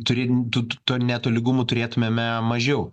turim tų tų netolygumų turėtumėme mažiau